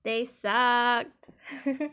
they sucked